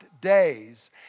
days